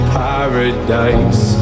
paradise